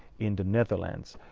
in the netherlands.